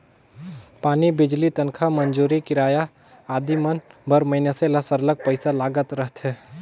पानी, बिजली, तनखा, मंजूरी, किराया आदि मन बर मइनसे ल सरलग पइसा लागत रहथे